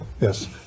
Yes